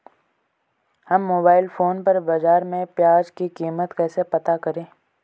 हम mobile phone पर बाज़ार में प्याज़ की कीमत कैसे पता करें?